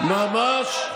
ממש כמו העולם הערבי של פעם,